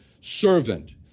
servant